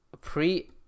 pre